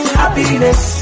happiness